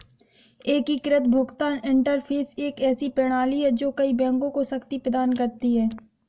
एकीकृत भुगतान इंटरफ़ेस एक ऐसी प्रणाली है जो कई बैंकों को शक्ति प्रदान करती है